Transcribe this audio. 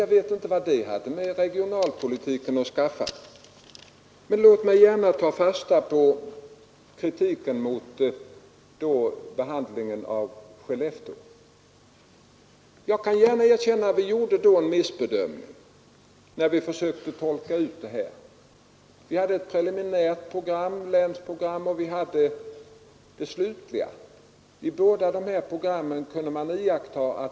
Jag vet inte vad detta beslut har med dagens debatt att skaffa. Men låt mig gärna ta fasta på kritiken mot ortsbestämningen av Skellefteå. Jag kan gärna erkänna att vi kanske gjorde en missbedömning Fredagen den när vi försökte tolka ut länsprogrammen. Vi hade ett preliminärt 15 december 1972 änsprogram och vi hade det slutliga.